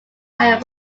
higher